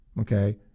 Okay